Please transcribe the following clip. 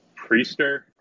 Priester